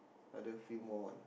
other feel more what